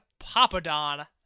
Papadon